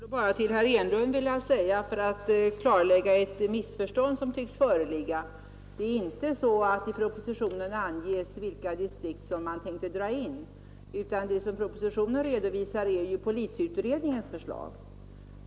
Herr talman! Jag skulle bara till herr Enlund vilja säga för att klarlägga ett missförstånd som tycks föreligga, att det inte är så att det i propositionen anges vilka distrikt man tänker dra in, utan det som propositionen redovisar är ju polisutredningens förslag.